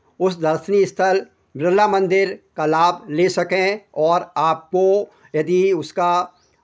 उस दर्शनीय स्थल बिरला मंदिर का लाभ ले सकें और आपको यदि उसका